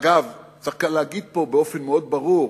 אגב, צריך להגיד כאן באופן ברור מאוד: